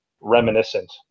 reminiscent